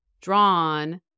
drawn